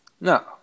No